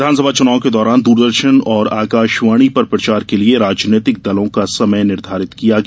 विधानसभा चुनाव के दौरान दूरदर्शन और आकाशवाणी पर प्रचार के लिए राजनीतिक दलों का समय निर्धारित किया गया